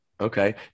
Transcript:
okay